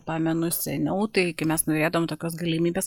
pamenu seniau tai kai mes norėdavom tokios galimybės